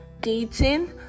dating